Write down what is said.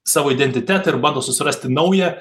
savo identitetą ir bando susirasti naują